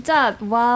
Wow